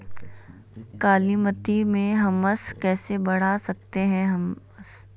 कालीमती में हमस कैसे बढ़ा सकते हैं हमस?